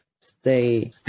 stay